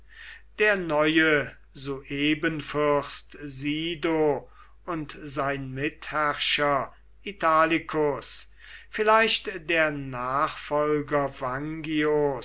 der neue suebenfürst sido und sein mitherrscher italicus vielleicht der nachfolger